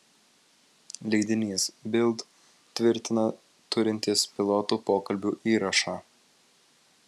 leidinys bild tvirtina turintis pilotų pokalbių įrašą